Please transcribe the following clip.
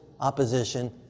opposition